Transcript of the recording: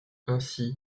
ainsi